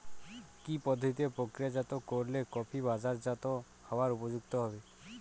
কি পদ্ধতিতে প্রক্রিয়াজাত করলে কফি বাজারজাত হবার উপযুক্ত হবে?